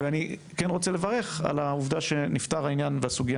ואני כן רוצה לברך על העובדה שנפתר העניין בסוגיה